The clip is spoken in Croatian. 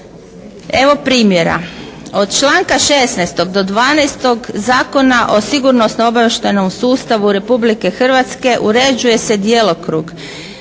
Evo primjera. Od članka 16. do 12. Zakona o sigurnosno-obavještajnom sustavu Republike Hrvatske uređuje se djelokrug,